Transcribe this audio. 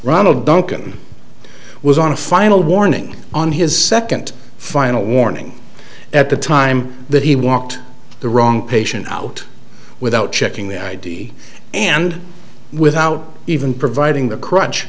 ronald duncan was on a final warning on his second final warning at the time that he walked the wrong patient out without checking the id and without even providing a crutch